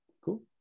cool